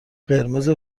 قرمز